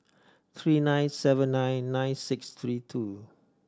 three nine seven nine nine six three two